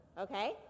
Okay